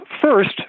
first